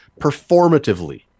performatively